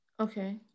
Okay